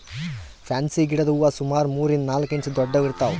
fancy ಗಿಡದ್ ಹೂವಾ ಸುಮಾರ್ ಮೂರರಿಂದ್ ನಾಲ್ಕ್ ಇಂಚ್ ದೊಡ್ಡದ್ ಇರ್ತವ್